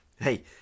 hey